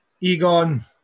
Egon